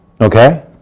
Okay